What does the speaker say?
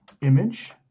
image